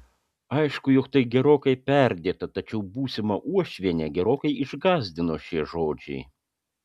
aišku jog tai gerokai perdėta tačiau būsimą uošvienę gerokai išgąsdino šie žodžiai